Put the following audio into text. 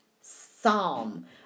Psalm